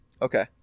okay